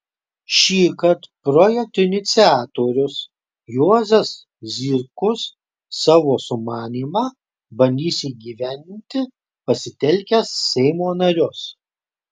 šįkart projekto iniciatorius juozas zykus savo sumanymą bandys įgyvendinti pasitelkęs seimo narius